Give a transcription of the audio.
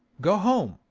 go home,